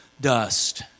dust